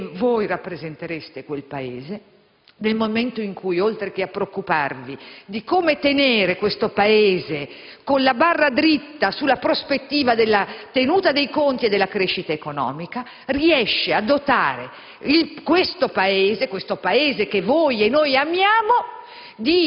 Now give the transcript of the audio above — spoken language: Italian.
perché voi rappresentereste quel Paese nel momento in cui, oltre che a preoccuparvi di come tenere la barra dritta sulla prospettiva della tenuta dei conti e della crescita economica, riusciste a dotare questo Paese, che voi ed noi amiamo,